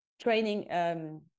training